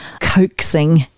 coaxing